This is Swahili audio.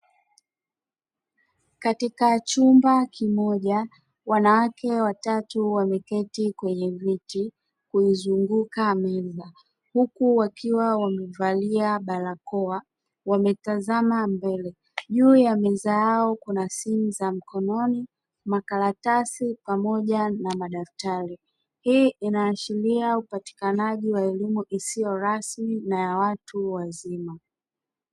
Katika chumba kimoja, wanawake watatu wameketii kwenye viti vilivyozunguka meza. Huku wakiwa wamevaa barakoa, wametazama mbele. Juu ya meza yao kuna simu za mkononi, makaratasi pamoja na madaftari. Hii inaashiria upatikanaji wa elimu isiyo rasmi na ya watu wazima.